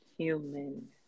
human